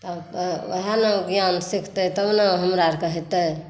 तऽ आब वएह ने ज्ञान सीखतै तब ने हमरा आर के हेतै